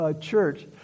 church